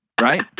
Right